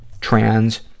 trans